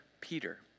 Peter